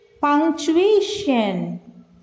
punctuation